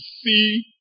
see